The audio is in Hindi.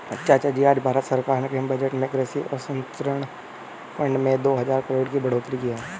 चाचाजी आज भारत सरकार ने बजट में कृषि अवसंरचना फंड में दो हजार करोड़ की बढ़ोतरी की है